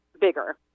bigger